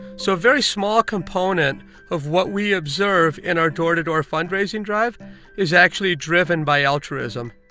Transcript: so a very small component of what we observe in our door-to-door fundraising drive is actually driven by altruism